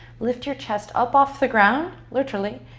lift your chest up off the ground, literally.